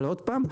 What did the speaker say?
אבל עוד פעם,